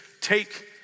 take